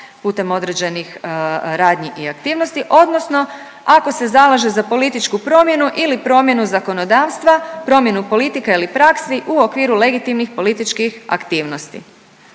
putem određenih radnji i aktivnosti, odnosno ako se zalaže za političku promjenu ili promjenu zakonodavstva, promjenu politika ili praksi u okviru legitimnih političkih aktivnosti.